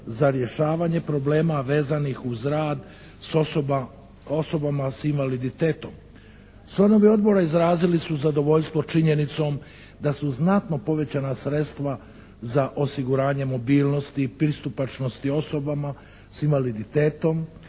za rješavanje problema vezanih uz rad s osobama s invaliditetom. Članovi odbora izrazili su zadovoljstvo činjenicom da su znatno povećana sredstva za osiguranje mobilnosti, pristupačnosti osobama s invaliditetom